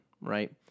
right